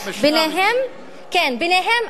בהן,